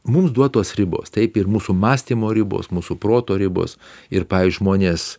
mums duotos ribos taip ir mūsų mąstymo ribos mūsų proto ribos ir pavyzdžiui žmonės